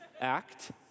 act